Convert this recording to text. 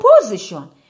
position